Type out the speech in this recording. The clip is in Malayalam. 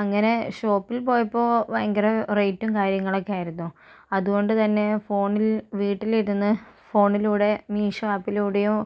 അങ്ങനെ ഷോപ്പിൽ പോയപ്പോൾ ഭയങ്കര റേയ്റ്റും കാര്യങ്ങളക്കെ ആയിരുന്നു അതുകൊണ്ട് തന്നെ ഫോണിൽ വീട്ടിലിരുന്ന് ഫോണിലൂടെ മീഷോ ആപ്പിലൂടെയോ